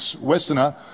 Westerner